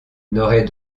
n’aurait